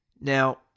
Now